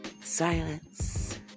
silence